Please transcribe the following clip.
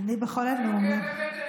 בכל הנאומים שלי